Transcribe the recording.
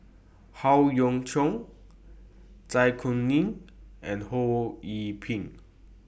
Howe Yoon Chong Zai Kuning and Ho Yee Ping